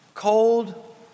Cold